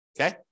Okay